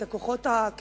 את הכוחות הקיצוניים,